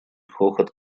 хохот